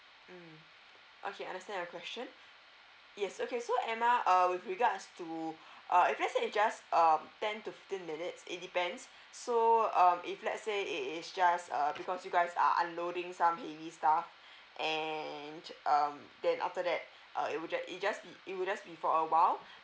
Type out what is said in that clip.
mm okay understand your question yes okay so emma uh with regards to uh if let's say is just um ten to fifteen minutes it depends so um if let say it is just err because you guys are unloading some heavy stuff and um then after that uh it would just it just be it would just be for awhile